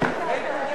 איתן, קם לך